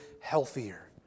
healthier